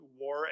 war